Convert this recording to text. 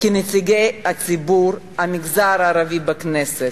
כנציגי הציבור, המגזר הערבי, בכנסת,